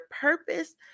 purpose